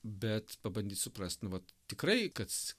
bet pabandyt suprast nu vat tikrai kad